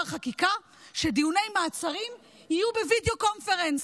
חקיקה שדיוני מעצרים יהיו בווידיאו קונפרנס.